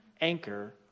anchor